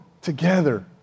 together